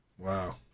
Wow